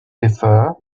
before